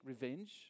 revenge